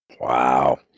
Wow